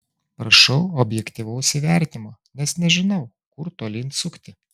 prašau objektyvaus įvertinimo nes nežinau kur tolyn sukti